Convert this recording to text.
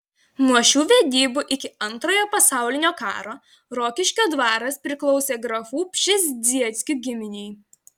nuo šių vedybų iki antrojo pasaulinio karo rokiškio dvaras priklausė grafų pšezdzieckių giminei